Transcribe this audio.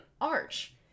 arch